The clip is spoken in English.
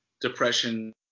depression